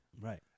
Right